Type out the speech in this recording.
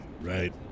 right